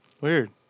Weird